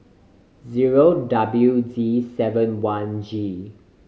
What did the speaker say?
zero W D seven one G